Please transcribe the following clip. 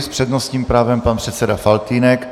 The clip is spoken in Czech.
S přednostním právem pan předseda Faltýnek.